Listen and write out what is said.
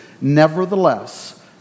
nevertheless